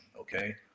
okay